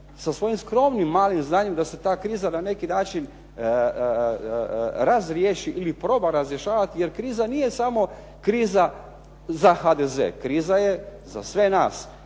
sa svojim skromnim, malim znanjem da se ta kriza na neki način razriješi ili proba razrješavat jer kriza nije samo kriza za HDZ, kriza je za sve nas.